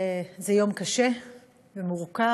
זה יום קשה ומורכב.